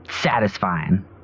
satisfying